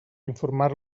informar